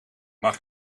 mag